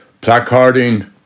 placarding